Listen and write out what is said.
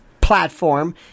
platform